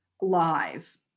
live